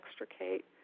extricate